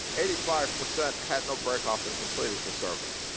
eighty five percent had no breakoff and completed the survey.